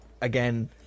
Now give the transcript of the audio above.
again